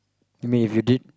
you mean if you did